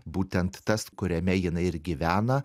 būtent tas kuriame jinai ir gyvena